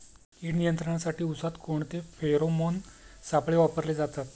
कीड नियंत्रणासाठी उसात कोणते फेरोमोन सापळे वापरले जातात?